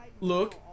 Look